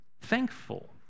thankful